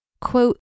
Quote